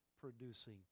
producing